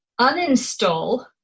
uninstall